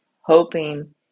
hoping